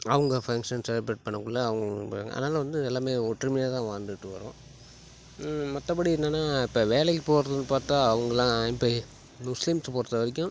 அவங்க function celebrate பண்ணக்குள்ள அவங்க கொடுப்பாங்க அதனால் வந்து எல்லாமே ஒற்றுமையாக தான் வாழ்ந்துட்டு வர்றோம் மற்றபடி என்னென்னா இப்போ வேலைக்கு போகிறதுன்னு பார்த்தா அவங்கெல்லாம் இப்போ முஸ்லிம்ஸ் பொறுத்த வரைக்கும்